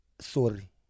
sorry